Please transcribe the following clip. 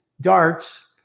darts